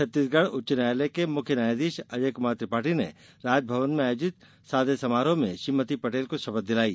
छत्तीसगढ़ उच्च न्यायालय के मुख्य न्यायाघीश अजय कुमार त्रिपाठी ने राजभवन में आयोजित सादे समारोह में श्रीमती पटेल को शपथ दिलाई